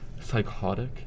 psychotic